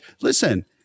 Listen